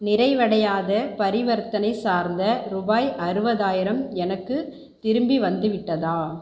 நிறைவடையாத பரிவர்த்தனை சார்ந்த ரூபாய் அறுபதாயிரம் எனக்குத் திரும்பி வந்துவிட்டதா